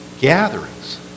gatherings